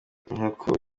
inkoko